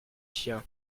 chiens